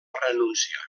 renunciar